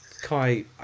kai